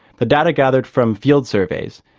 the data gathered from field surveys,